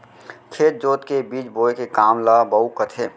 खेत जोत के बीज बोए के काम ल बाउक कथें